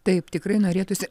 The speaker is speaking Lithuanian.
taip tikrai norėtųsi